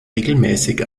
regelmäßig